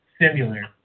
similar